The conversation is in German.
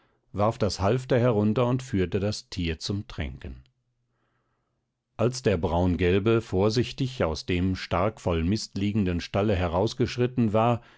warf das halfter herunter und führte das tier zum tränken als der braungelbe vorsichtig aus dem stark voll mist liegenden stalle herausgeschritten war